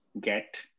get